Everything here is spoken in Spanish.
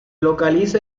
localiza